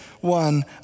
one